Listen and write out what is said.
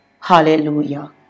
Hallelujah